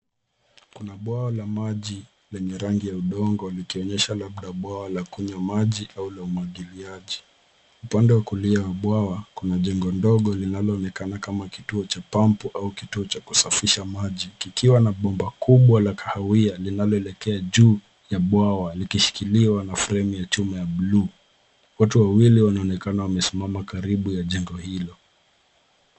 Kuna bwawa la maji, lenye rangi ya udongo likionyesha labda bwawa la kunywa maji au la umwagiliaji. Upande ya kulia wa bwawa, kuna jengo ndogo linaloonekana kama kituo cha pampu au kituo cha kusafisha maji. Kikiwa na bomba kubwa la kahawia, linaloelekea juu ya bwawa likishikiliwa na fremu ya chuma ya buluu. Watu wawili wanaonekana wamesimama karibu na jengo hilo.